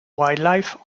wildlife